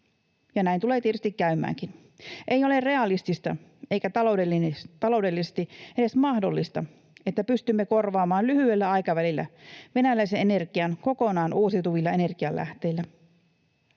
ja näin tulee tietysti käymäänkin. Ei ole realistista eikä taloudellisesti edes mahdollista, että pystymme korvaamaan lyhyellä aikavälillä venäläisen energian kokonaan uusiutuvilla energianlähteillä.